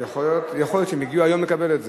יכול להיות שהם הגיעו היום לקבל את זה.